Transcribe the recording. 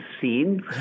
seen